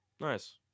Nice